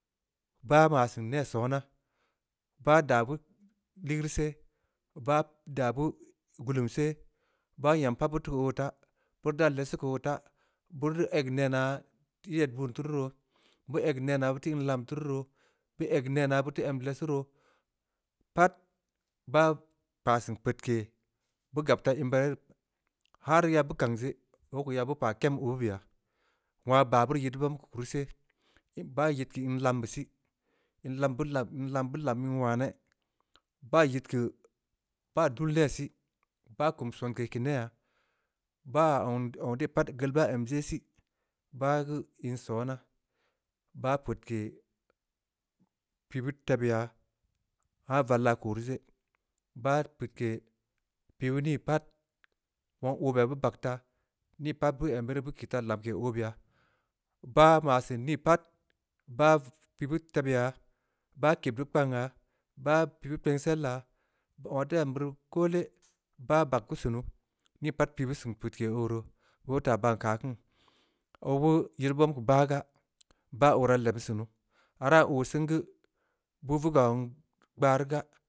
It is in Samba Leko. Bag maa seun neh sona, baa daa beu ligeureu seh, bah daa beu gullum seh, bah nyam pat beu teu keu oo tah, beu rii dan lesu keu oo taa, beuri eg nena teu yed veud tuu ruu roo, beu eg nena beu teu in lam tuu ruu roo, beu eg nena beu teu em lessu roo. pat bah pah seun peudke beu gabtaa in beur raa ye roo. harr! Ya bu kang je. oo beu ko ya be kem abu be ya, wongha ba beuri yid beu bom keu kuru seh, baa yid keu in lambe sii. in lam-in lam beu lam in waneh, baa yid keu, baa dul ne sii, baa kum sonke keu neyha. baa zong-zong dei pat baa em je sii. bah geu in sona. bah peudke pii beu tebeu yaa. haa! Val ya koi rii je, bah peudke. pii beu nii pat. wong oo beya beu bag taa. nii pat beu em beuri beu kii taa lamke oo beya, bah ma seun nii pat. bah pii beu tebeu ya. bah ked beu kpang yaa. baa pii beu kpengsel ya, zong aah teu em beurii geu koole, bah bag beu sunu, nii pat pii beu seun peudke oo ruu, beu bteu tah ban keu aah kiino obeu geu yid beu bom keu bah gaa. bah ooraa leebeu sunu, araa oo sen geu. beu vuga zong gbaruu gaa.